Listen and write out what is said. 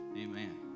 Amen